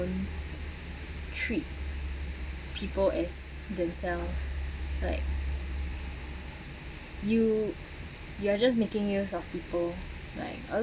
treat people as themselves like you you're just making use of people like